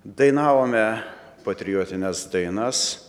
dainavome patriotines dainas